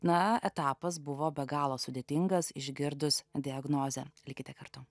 na etapas buvo be galo sudėtingas išgirdus diagnozę likite kartu